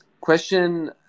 Question